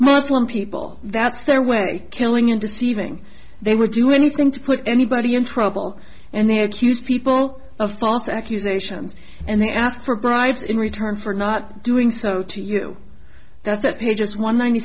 muslim people that's their way killing in deceiving they would do anything to put anybody in trouble and they accuse people of false accusations and they ask for bribes in return for not doing so to you that's just one ninety